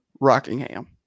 Rockingham